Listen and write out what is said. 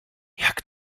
jak